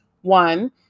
one